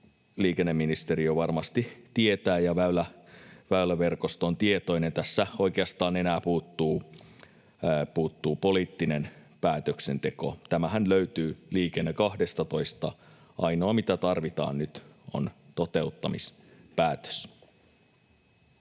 liikenneministeriö varmasti tietää ja mistä Väylävirasto on tietoinen. Tässä oikeastaan enää puuttuu poliittinen päätöksenteko. Tämähän löytyy Liikenne 12:sta. Ainoa, mitä tarvitaan nyt, on toteuttamispäätös.